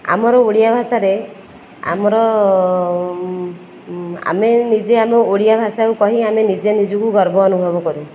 ଆମର ଓଡ଼ିଆ ଭାଷାରେ ଆମର ଆମେ ନିଜେ ଆମ ଓଡ଼ିଆ ଭାଷାକୁ କହି ଆମେ ନିଜେ ନିଜକୁ ଗର୍ବ ଅନୁଭବ କରୁ